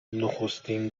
نخستین